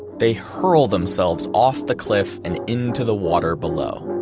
they hurl themselves off the cliff and into the water below.